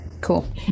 cool